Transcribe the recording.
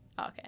okay